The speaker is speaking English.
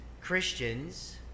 Christians